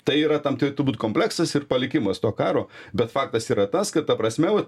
tai yra tam turėtų būt kompleksas ir palikimas to karo bet faktas yra tas kad ta prasme vat